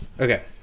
Okay